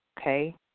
Okay